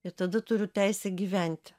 ir tada turiu teisę gyventi